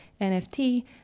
NFT